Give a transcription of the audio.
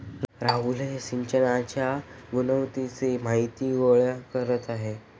राहुल हे सिंचनाच्या गुणवत्तेची माहिती गोळा करीत आहेत